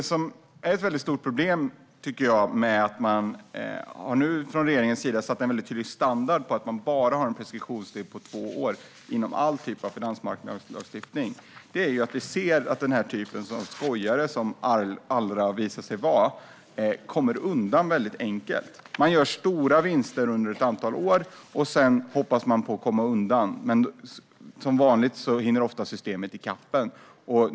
Ett stort problem med att regeringen har satt en tydlig standard med en preskriptionstid på bara två år inom all typ av finansmarknadslagstiftning är att den typ av skojare som Allra visat sig vara kommer undan väldigt enkelt. Man gör stora vinster under ett antal år och hoppas sedan på att komma undan, men som vanligt hinner ofta systemet ikapp en.